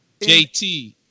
JT